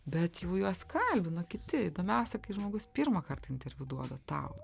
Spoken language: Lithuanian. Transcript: bet jau juos kalbino kiti įdomiausia kai žmogus pirmą kartą interviu duodu tau